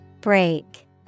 Break